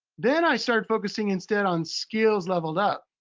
then i started focusing instead on skills leveled up.